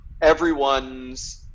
everyone's